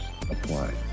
apply